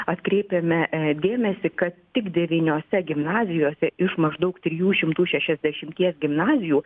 atkreipiame dėmesį kad tik devyniose gimnazijose iš maždaug trijų šešiasdešimties gimnazijų